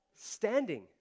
standing